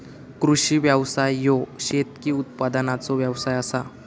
कृषी व्यवसाय ह्यो शेतकी उत्पादनाचो व्यवसाय आसा